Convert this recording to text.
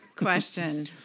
question